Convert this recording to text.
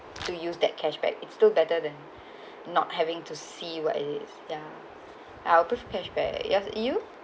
to use that cash back it's still better than not having to see what it is ya I'll prefer cash back yes you